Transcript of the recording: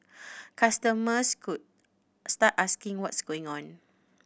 customers could start asking what's going on